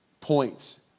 points